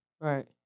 Right